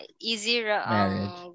easier